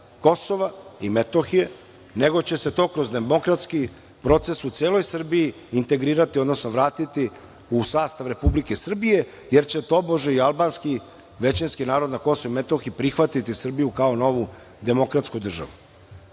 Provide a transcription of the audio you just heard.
Kosova i Metohije, nego će se to kroz demokratski proces u celoj Srbiji integrirati, odnosno vratiti u sastav Republike Srbije jer će tobože i albanski većinski narod na Kosovu i Metohiji prihvatiti Srbiju kao novu demokratsku državu. Tu